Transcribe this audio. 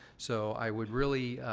so, i would really,